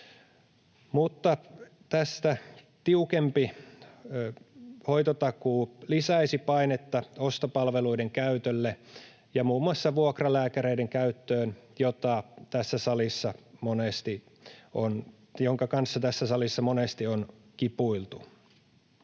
mutta tästä tiukempi hoitotakuu lisäisi painetta ostopalveluiden ja muun muassa vuokralääkäreiden käytölle, jonka kanssa tässä salissa monesti on kipuiltu.